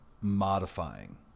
modifying